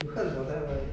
because of favourite